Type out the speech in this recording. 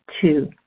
two